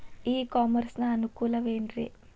E commerce ನ ಅನುಕೂಲವೇನ್ರೇ?